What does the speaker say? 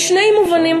בשני מובנים.